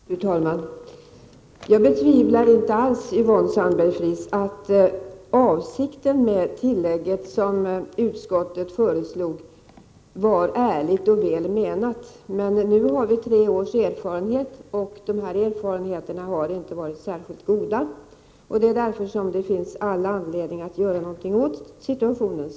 Fru talman! Jag betvivlar inte alls att det tillägg som utskottet föreslog som Yvonne Sandberg-Fries sade var ärligt och väl menat. Men nu har vi tre års erfarenheter, och de har inte varit särskilt goda. Det är därför som det finns all anledning att göra någonting åt situationen.